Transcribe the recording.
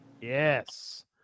Yes